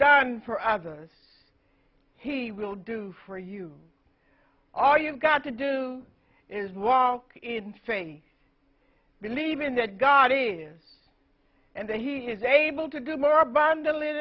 done for others he will do for you all you've got to do is walk in faith believing that god is and that he is able to do more abund